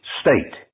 state